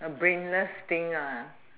a brainless thing ah